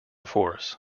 force